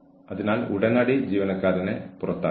അച്ചടക്കത്തിനായി ഒരു ജീവനക്കാരനെ ഒറ്റപ്പെടുത്തരുത്